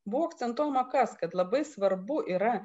buvo akcentuojama kas kad labai svarbu yra